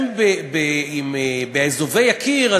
אם באזובי הקיר,